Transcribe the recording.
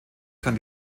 kann